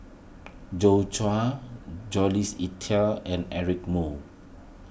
Joi Chua Jules Itier and Eric Moo